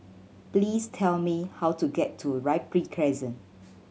please tell me how to get to Ripley Crescent